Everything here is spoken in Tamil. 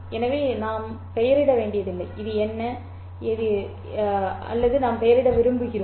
எனவே நாம் பெயரிட வேண்டியதில்லை இது என்ன இது எனவே அல்லது நாம் பெயரிட விரும்புகிறோம்